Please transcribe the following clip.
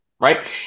right